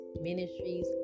Ministries